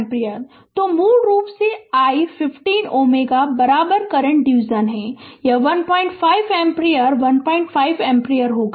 तो मूल रूप से यह i 50 Ω बराबर करंट डिवीजन है यह 15 एम्पीयर 15 एम्पीयर होगा